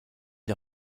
der